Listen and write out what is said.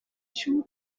siŵr